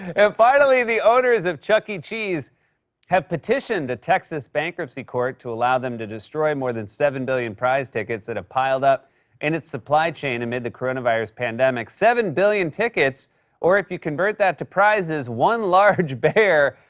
and, finally, the owners of chuck e. cheese have petitioned a texas bankruptcy court to allow them to destroy more than seven billion prize tickets that have piled up in its supply chain amid the coronavirus pandemic. seven billion tickets or, if you convert that to prizes, one large bear.